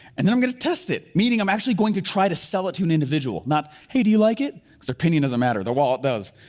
and then i'm gonna test it, meaning i'm actually going to try to sell it to an individual, not, hey do you like it? cause their opinion doesn't matter, their wallop does.